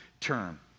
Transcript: term